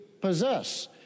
possess